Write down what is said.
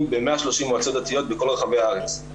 ב-130 מועצות דתיות בכל רחבי הארץ.